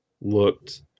looked